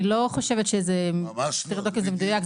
אני לא חושבת שזה, צריך לבדוק את זה במדויק.